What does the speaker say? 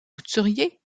couturiers